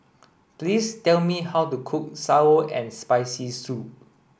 please tell me how to cook sour and spicy soup